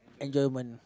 enjoyment